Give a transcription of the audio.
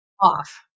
off